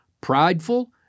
prideful